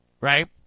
Right